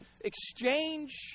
exchange